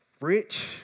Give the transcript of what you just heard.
rich